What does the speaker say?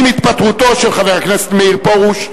עם התפטרותו של חבר הכנסת מאיר פרוש,